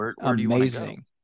amazing